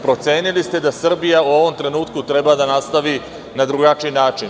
Procenili ste da Srbija u ovom trenutku treba da nastavi na drugačiji način.